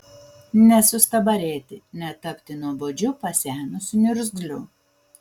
nesustabarėti netapti nuobodžiu pasenusiu niurzgliu